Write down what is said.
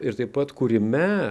ir taip pat kūrime